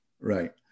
Right